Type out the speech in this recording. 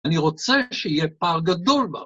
אני רוצה שיהיה פער גדול בה